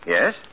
Yes